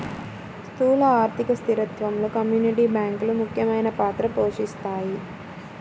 స్థూల ఆర్థిక స్థిరత్వంలో కమ్యూనిటీ బ్యాంకులు ముఖ్యమైన పాత్ర పోషిస్తాయి